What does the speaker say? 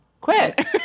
Quit